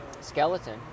skeleton